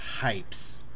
hypes